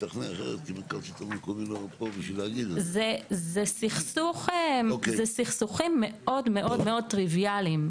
זה סכסוכים מאוד מאוד טריוויאליים,